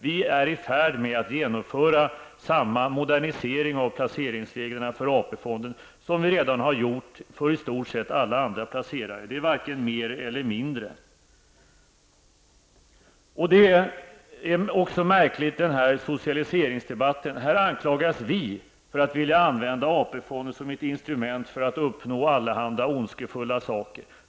Vi är i färd med att genomföra samma modernisering av placeringsreglerna för AP-fonden som vi redan har gjort för i stort sett alla andra placerare. Det är varken mer eller mindre. Denna socialiseringsdebatt är märklig. Här anklagas vi för att vilja använda AP-fonden som ett instrument för att uppnå allehanda ondskefulla saker.